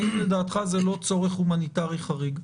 האם לדעתך זה לא צורך הומניטרי חריג?